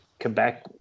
Quebec